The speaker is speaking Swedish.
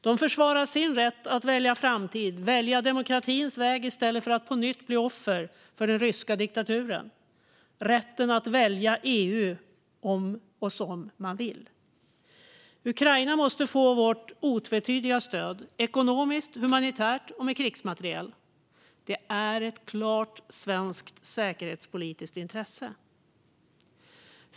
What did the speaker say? De försvarar sin rätt att välja framtid, att välja demokratins väg i stället för att på nytt bli offer för den ryska diktaturen, och rätten att välja EU om och som man vill. Ukraina måste få vårt otvetydiga stöd, ekonomiskt, humanitärt och med krigsmateriel. Det är ett klart svenskt säkerhetspolitiskt intresse.